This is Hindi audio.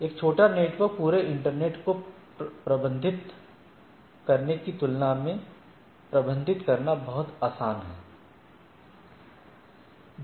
एक छोटा नेटवर्क पूरे इंटरनेट को प्रबंधित करने की तुलना में प्रबंधित करना बहुत आसान है